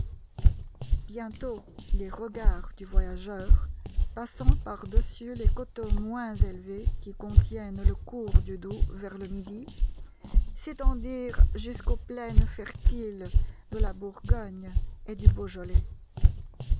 bientôt les regards du voyageur passant par-dessus les coteaux moins élevés qui contiennent le cours du doubs vers le midi s'étendirent jusqu'aux plaines fertiles de la bourgogne et du beaujolais